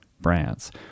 brands